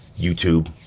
YouTube